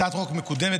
התשפ"ד 2024,